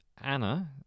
Anna